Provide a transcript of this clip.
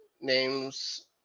names